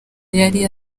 yari